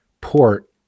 port